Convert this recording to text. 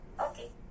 Okay